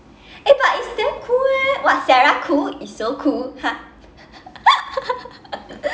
eh but it's damn cool eh !wah! sarah cool is so cool ha